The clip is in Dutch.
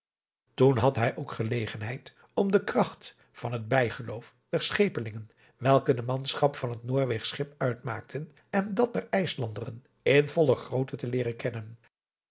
toen had hij ook gelegenheid om de kracht van het bijgeloof der schepelingen welke de manschap van het noorweegsch schip uitmaakten en dat der ijslanderen in volle grootte te leeren kennen